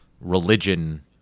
religion